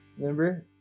remember